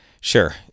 Sure